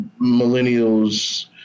millennials